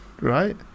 Right